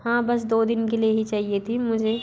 हाँ बस दो दिन के लिए ही चाहिए थी मुझे